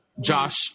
Josh